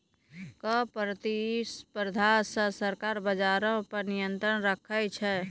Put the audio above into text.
कर प्रतिस्पर्धा से सरकार बजारो पे नियंत्रण राखै छै